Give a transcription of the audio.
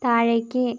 താഴേയ്ക്ക്